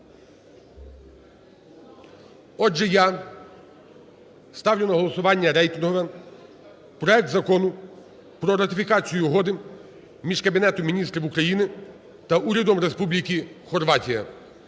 Отже, я ставлю на голосування рейтингове. Проект Закону про ратифікацію Угоди між Кабінетом Міністрів України та Урядом Республіки Хорватія.